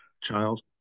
child